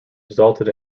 resulted